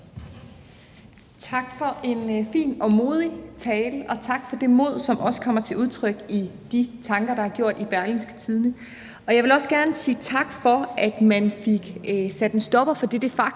Tak for en fin og modig tale, og tak for det mod, som også kommer til udtryk i de tanker, man gør sig i Berlingske. Og jeg vil også gerne sige tak for, at man fik sat en stopper for det de facto